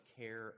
care